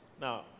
Now